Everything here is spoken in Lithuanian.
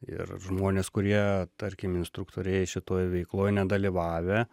ir žmonės kurie tarkim instruktoriai šitoje veikloj nedalyvavę